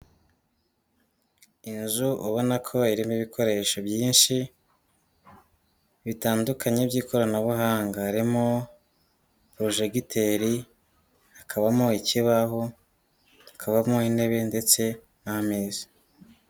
Inzu ubona ko irimo ibikoresho byinshi bitandukanye by'ikoranabuhanga, harimo porojegiteri, hakabamo ikibaho, hakabamo intebe ndetse n'ameza.